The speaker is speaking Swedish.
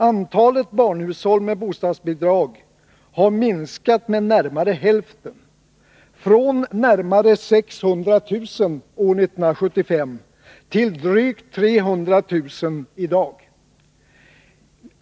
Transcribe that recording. Antalet barnfamiljshushåll med bostadsbidrag har minskat med nästan hälften, från närmare 600 000 år 1975 till drygt 300 000 i dag.